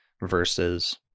versus